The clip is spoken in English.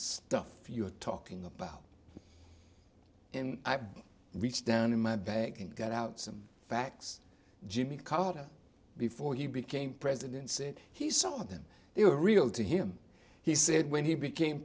stuff you're talking about in reach down in my bag and got out some facts jimmy carter before he became president said he saw them they were real to him he said when he became